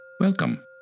Welcome